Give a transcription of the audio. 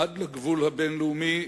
עד לגבול הבין-לאומי,